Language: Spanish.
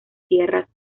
tierras